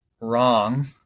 wrong